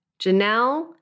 Janelle